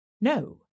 No